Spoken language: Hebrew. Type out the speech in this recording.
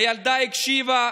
הילדה הקשיבה,